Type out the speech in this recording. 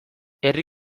herri